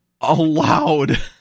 allowed